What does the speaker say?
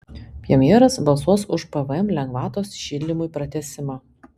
premjeras balsuos už pvm lengvatos šildymui pratęsimą